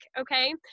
Okay